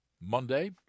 Monday